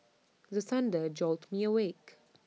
the thunder jolt me awake